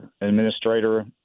administrator